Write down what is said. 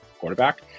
quarterback